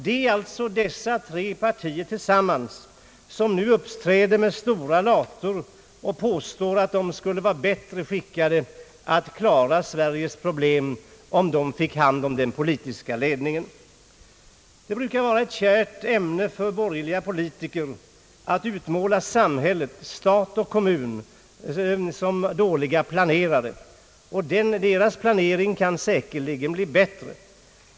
Det är alltså dessa tre partier tillsammans som nu uppträder med stora later och påstår att de skulle vara bättre skickade att klara Sveriges problem om de fick hand om den politiska ledningen. Det brukar vara ett kärt ämne för borgerliga politiker att utmåla samhället — stat och kommun — som dåliga planerare. Deras planering kan säkerligen bli bättre.